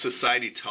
society